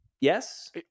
Yes